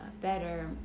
better